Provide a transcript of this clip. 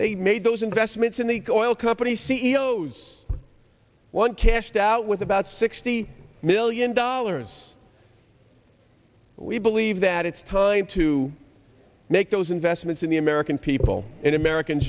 they made those investments in the coil company c e o s one cashed out with about sixty million dollars we believe that it's time to make those investments in the american people and american